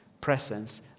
presence